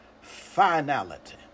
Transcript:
finality